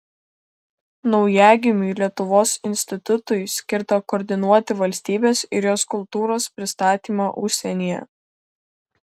naujagimiui lietuvos institutui skirta koordinuoti valstybės ir jos kultūros pristatymą užsienyje